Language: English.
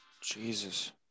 Jesus